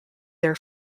their